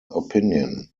opinion